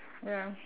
ya